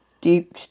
Deep